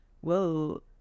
whoa